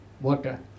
water